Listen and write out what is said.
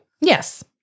Yes